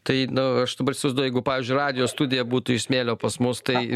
tai nu aš dabar įsivaizduoju jeigu pavyzdžiui radijo studija būtų iš smėlio pas mus tai